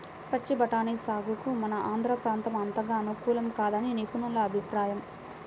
పచ్చి బఠానీ సాగుకు మన ఆంధ్ర ప్రాంతం అంతగా అనుకూలం కాదని నిపుణుల అభిప్రాయం